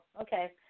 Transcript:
okay